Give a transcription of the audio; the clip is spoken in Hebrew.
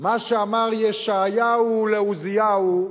מה שאמר ישעיהו לעוזיהו: